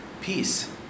peace